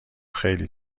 خیلی